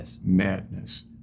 madness